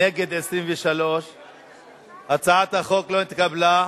נגד, 23. הצעת החוק לא התקבלה.